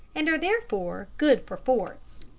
and are therefore good for forts.